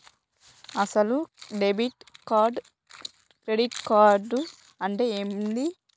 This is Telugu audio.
అసలు డెబిట్ కార్డు క్రెడిట్ కార్డు అంటే ఏంది?